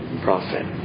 profit